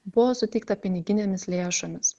buvo suteikta piniginėmis lėšomis